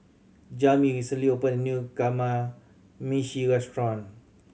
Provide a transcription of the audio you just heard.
Jami recently opened a new Kamameshi Restaurant